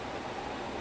ya